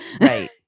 Right